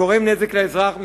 גורם נזק לאזרח,